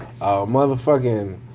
Motherfucking